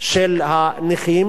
של הנכים,